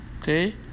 Okay